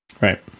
Right